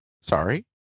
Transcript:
sorry